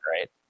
right